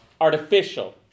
artificial